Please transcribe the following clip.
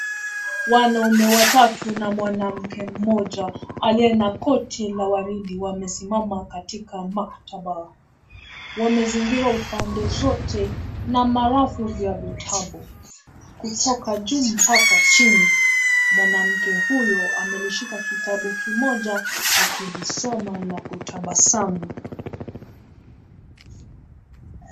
Wanaume watatu na mwanamke mmoja aliye na koti la waridi wamesimama katika maktaba. Wamezingirwa upande zote na marafu vya vitabu, kutoka juu mpaka chini. Mwanamke huyo amelishika kitabu kimoja akilisoma na kutabasamu.